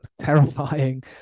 terrifying